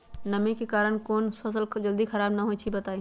नमी के कारन कौन स फसल जल्दी खराब होई छई बताई?